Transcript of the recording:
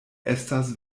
estas